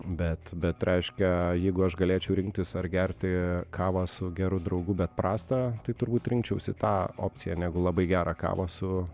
bet bet reiškia jeigu aš galėčiau rinktis ar gerti kavą su geru draugu bet prastą tai turbūt rinkčiausi tą opciją negu labai gerą kavą su